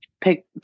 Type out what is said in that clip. pick